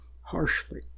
harshly